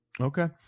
Okay